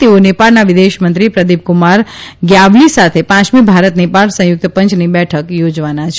તેઓ નેપાળના વિદેશમંત્રી પ્રદીપકુમાર ગ્યાવલી સાથે પાંચમી ભારત નેપાળ સંયુક્ત પંચની બેઠખ યોજવાના છે